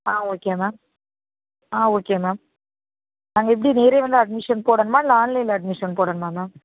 ஆ okay ma'am ஆ okay ma'am நாங்கள் எப்படி நேரே வந்து அட்மிஷன் போடணுமா இல்லை ஆன்லைனில் அட்மிஷன் போடணுமா மேம்